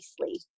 nicely